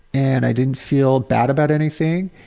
and i didn't feel bad about anything,